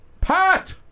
Pat